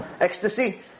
ecstasy